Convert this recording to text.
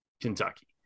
Kentucky